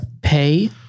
Pay